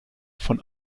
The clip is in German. von